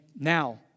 now